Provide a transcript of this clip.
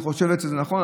שהיא חושבת שזה נכון,